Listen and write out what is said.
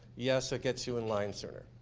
yes, it gets you in line sooner.